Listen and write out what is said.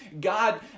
God